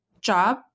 job